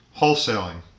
Wholesaling